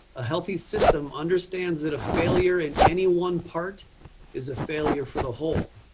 a healthy system understands that a failure in any one part is a failure for the whole.